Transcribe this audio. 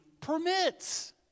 permits